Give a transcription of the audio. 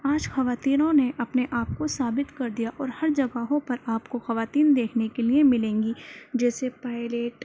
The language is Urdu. آج خواتین نے اپنے آپ کو ثابت کر دیا اور ہر جگہوں پر آپ کو خواتین دیکھنے کے لئے ملیں گی جیسے پائلیٹ